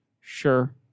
Sure